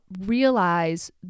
realize